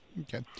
Okay